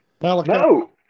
No